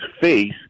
face